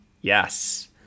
yes